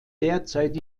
derzeit